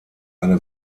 eine